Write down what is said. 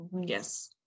Yes